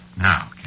Now